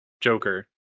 Joker